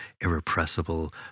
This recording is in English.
irrepressible